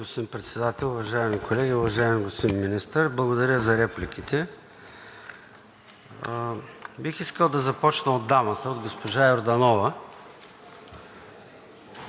господин Председател. Уважаеми колеги, уважаеми господин Министър! Благодаря за репликите. Бих искал да започна от дамата, от госпожа Йорданова.